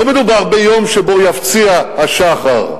לא מדובר ביום שבו יפציע השחר,